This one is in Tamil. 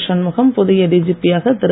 ஷண்முகம் புதிய டிஜிபி யாக திரு